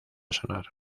sonar